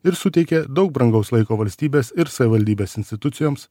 ir suteikė daug brangaus laiko valstybės ir savivaldybės institucijoms